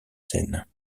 scènes